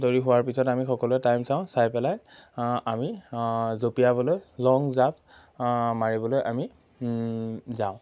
দৌৰি হোৱাৰ পিছত আমি সকলোৱে টাইম চাওঁ চাই পেলাই আমি জপিয়াবলৈ লং জাপ মাৰিবলৈ আমি যাওঁ